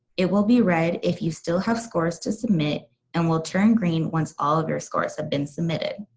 it will be red if you still have scores to submit and will turn green once all of your scores have been submitted.